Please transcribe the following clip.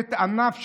כורתת ענף שלם.